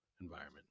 environment